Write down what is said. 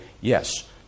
yes